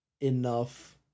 enough